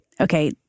okay